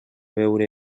veure